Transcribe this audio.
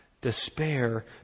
despair